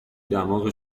دماغ